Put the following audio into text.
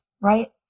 right